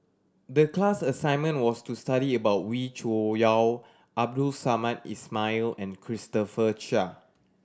the class assignment was to study about Wee Cho Yaw Abdul Samad Ismail and Christopher Chia